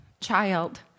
child